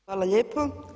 Hvala lijepo.